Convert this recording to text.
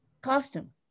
costume